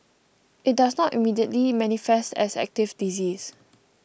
it does not immediately manifest as active disease